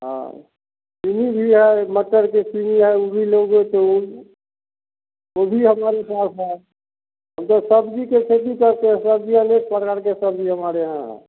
हाँ फली भी है मटर की फली है ऊ भी लोगे तो ऊ वो भी हमारे पास है हम तो सब्ज़ी के खेती करते हैं सब्ज़ी अनेक प्रकार के सब्ज़ी हमारे यहाँ है